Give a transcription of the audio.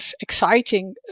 exciting